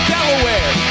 Delaware